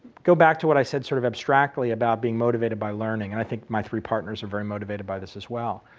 go back to what i said, sort of abstractly, about being motivated by learning and i think my three partners are very motivated by this as well.